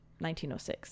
1906